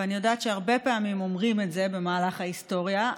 ואני יודעת שהרבה פעמים אומרים את זה במהלך ההיסטוריה.